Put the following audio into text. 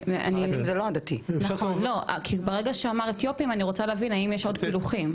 ברגע שהוא אמר אתיופים אני רוצה להבין אם יש עוד פילוחים?